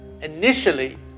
initially